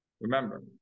Remember